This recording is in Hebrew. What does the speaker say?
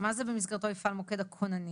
מה זה "במסגרתו יפעל מוקד הכוננים"?